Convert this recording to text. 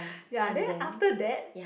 ya then after that